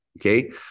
okay